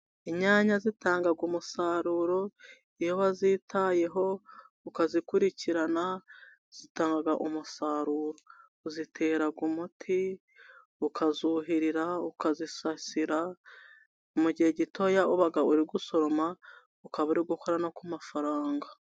Inyanya zitanga umusaruro iyo wazitayeho ukazikurikirana zitanga umusaruro. Uzitera umuti, ukazuhira, ukazisasira, mu gihe gitoya uba uri gusoroma, ukaba uri gukora no ku mafaranga.